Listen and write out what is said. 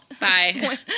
Bye